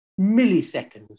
milliseconds